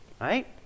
right